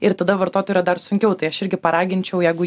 ir tada vartotojui yra dar sunkiau tai aš irgi paraginčiau jeigu